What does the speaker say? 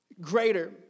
greater